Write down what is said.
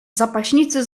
zapaśnicy